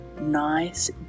nice